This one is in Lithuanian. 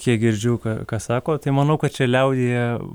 kiek girdžiu ką ką sako tai manau kad čia liaudyje